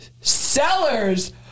sellers